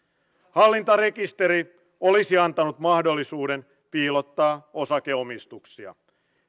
hallintarekisteri olisi antanut mahdollisuuden piilottaa osakeomistuksia